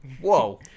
Whoa